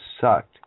sucked